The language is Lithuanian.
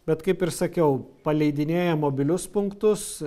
bet kaip ir sakiau paleidinėjam mobilius punktus